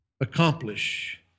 accomplish